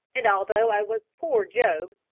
that although i was poor job,